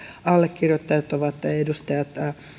allekirjoittajat ovat edustajat